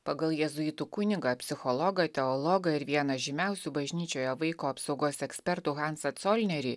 pagal jėzuitų kunigą psichologą teologą ir vieną žymiausių bažnyčioje vaiko apsaugos ekspertų hansą colnerį